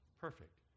perfect